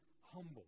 humble